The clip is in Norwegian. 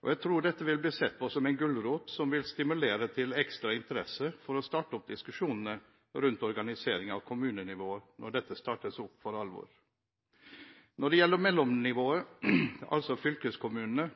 og jeg tror dette vil bli sett på som en gulrot som vil stimulere til ekstra interesse for å starte opp diskusjonene rundt organisering av kommunenivået når dette begynner for alvor. Når det gjelder mellomnivået, altså fylkeskommunene,